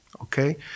okay